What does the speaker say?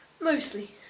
Mostly